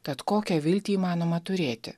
tad kokią viltį įmanoma turėti